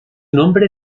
nombre